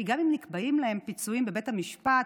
כי גם נקבעים להם פיצויים בבית המשפט,